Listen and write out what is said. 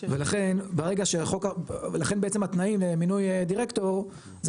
ולכן בעצם התנאים למינוי דירקטור זה